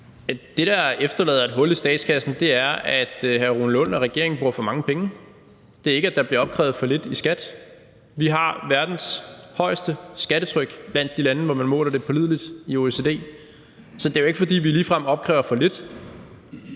Det, der efterlader et hul i statskassen, er, at hr. Rune Lund og regeringen bruger for mange penge. Det er ikke, at der bliver opkrævet for lidt i skat. Vi har verdens højeste skattetryk blandt de lande, hvor man måler det pålideligt, i OECD, så det er jo ikke ligefrem, fordi vi opkræver for lidt.